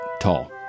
tall